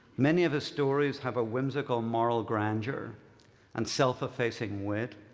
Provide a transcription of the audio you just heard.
many of his stories have a whimsical moral grandeur and self-effacing wit.